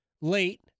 late